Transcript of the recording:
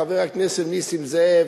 חבר הכנסת נסים זאב,